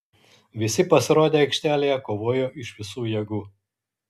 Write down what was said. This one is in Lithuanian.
visi pasirodę aikštelėje kovojo iš visų jėgų